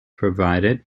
provided